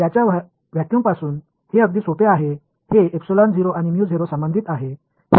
त्याच्या व्हॅक्यूमपासून हे अगदी सोपे आहे हे आणि संबंधित आहे हे कठीण मुळीच नाही